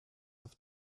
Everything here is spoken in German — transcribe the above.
auf